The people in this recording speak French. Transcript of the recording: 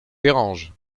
dérange